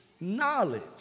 knowledge